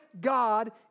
God